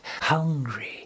hungry